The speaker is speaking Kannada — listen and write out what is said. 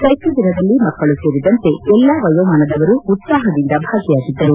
ಸೈಕಲ್ ದಿನದಲ್ಲಿ ಮಕ್ಕಳು ಸೇರಿದಂತೆ ಎಲ್ಲಾ ವಯೋಮಾನದವರು ಉತ್ಸಾಹದಿಂದ ಭಾಗಿಯಾಗಿದ್ದರು